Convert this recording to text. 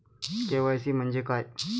KYC म्हंजे काय?